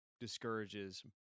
discourages